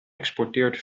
exporteert